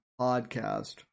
podcast